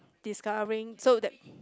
discovering so that